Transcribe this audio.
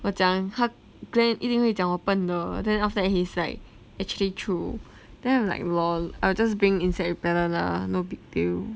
我讲他 glen 一定会讲我笨的 then after that he's like actually true then I'm like LOL I just bring insect repellent lah no big deal